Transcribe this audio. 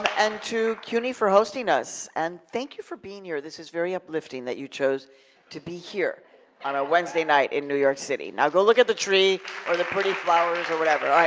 and to cuny for hosting us. and thank you for being here. this is very uplifting that you chose to be here on a wednesday night in new york city. now go look at the tree or the pretty flowers or whatever. all